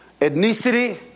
ethnicity